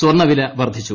സ്വർണ്ണ വില വർദ്ധിച്ചു